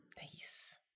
nice